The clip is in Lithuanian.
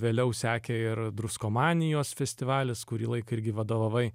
vėliau sekė ir druskomanijos festivalis kurį laiką irgi vadovavai